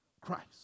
Christ